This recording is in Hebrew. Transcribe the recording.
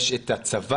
יש את הצבא,